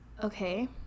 okay